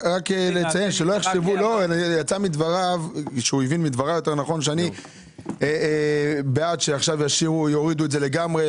יצא שהוא הבין מדבריי שאני בעד שיורידו את זה לגמרי.